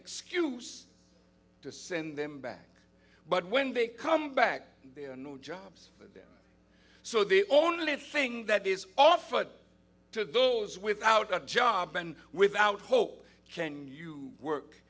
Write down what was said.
excuse to send them back but when they come back there are no jobs and so the only thing that is offered to those without a job and without hope can you work